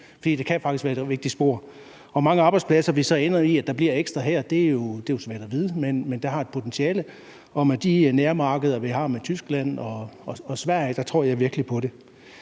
faktisk være et vigtigt spor. Hvor mange ekstra arbejdspladser der så ender med at blive her, er svært at vide, men det har et potentiale, og med de nærmarkeder, vi har med Tyskland og Sverige, tror jeg virkelig på det.